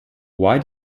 why